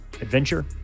adventure